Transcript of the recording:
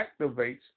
activates